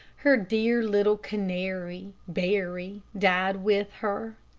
her dear little canary, barry, died with her.